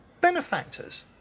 benefactors